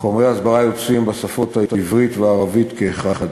חומרי הסברה יוצאים בשפות העברית והערבית כאחת.